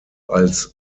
als